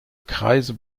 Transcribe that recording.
kreise